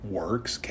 works